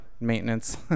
maintenance